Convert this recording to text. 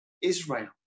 Israel